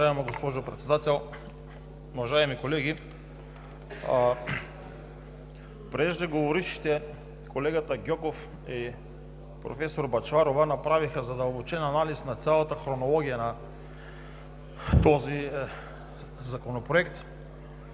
Уважаема госпожо Председател, уважаеми колеги! Преждеговорившите – колегата Гьоков и професор Бъчварова, направиха задълбочен анализ на цялата хронология на този законопроект.